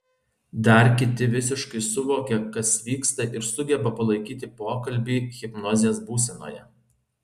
dar kiti visiškai suvokia kas vyksta ir sugeba palaikyti pokalbį hipnozės būsenoje